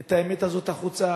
את האמת הזאת החוצה.